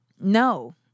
no